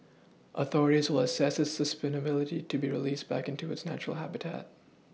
authorities will assess its suitability to be released back into its natural habitat